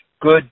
good